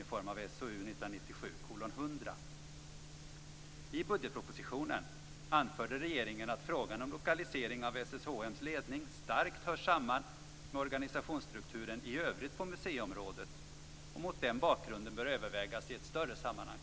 I budgetpropositionen anförde regeringen att frågan om lokalisering av SSHM:s ledning starkt hör samman med organisationsstrukturen i övrigt på museiområdet och mot den bakgrunden bör övervägas i ett större sammanhang.